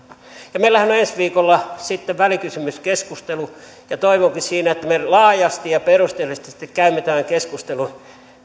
ja meillähän on ensi viikolla sitten välikysymyskeskustelu ja toivonkin että me siinä laajasti ja perusteellisesti sitten käymme tämän keskustelun